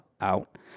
out